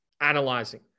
analyzing